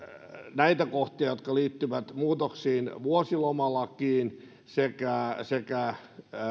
näitä kohtia jotka liittyvät muutoksiin vuosilomalakiin sekä sekä